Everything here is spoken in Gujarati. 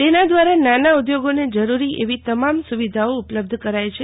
તેના દ્વારા નાના ઉઘોગોને જરૂરી એવી તમામ સુવિધાઓ ઉપલબ્ઘ કરાય છે